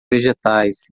vegetais